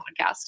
podcast